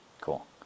cool